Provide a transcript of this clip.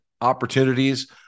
opportunities